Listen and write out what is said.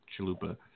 chalupa